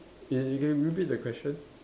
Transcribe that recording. you you can repeat the question